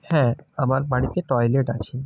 হ্যাঁ আমার বাড়িতে টয়লেট আছে